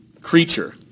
creature